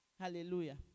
Hallelujah